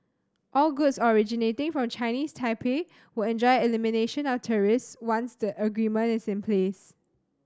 all goods originating from Chinese Taipei will enjoy elimination of tariffs once the agreement is in place